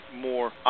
more